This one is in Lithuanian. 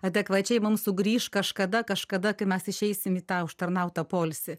adekvačiai mum sugrįš kažkada kažkada kai mes išeisim į tą užtarnautą poilsį